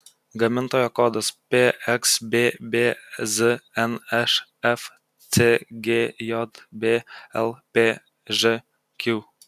gamintojo kodas pxbb znšf cgjb lpžq